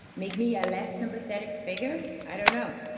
make me a less sympathetic figure? i don't know.